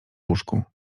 łóżku